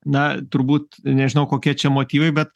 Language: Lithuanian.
na turbūt nežinau kokie čia motyvai bet